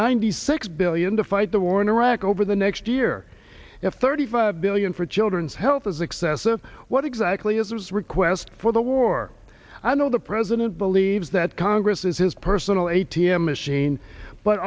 ninety six billion to fight the war in iraq over the next year if thirty five billion for children's health is excessive what exactly is request for the war i know the president believes that congress is his personal a t m machine but